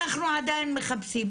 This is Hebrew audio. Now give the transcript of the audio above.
אנחנו עדיין מחפשים.